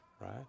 right